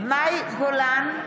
מאי גולן,